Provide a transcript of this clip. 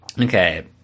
Okay